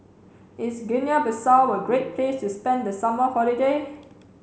is Guinea Bissau a great place to spend the summer holiday